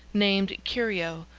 named curio,